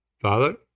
Father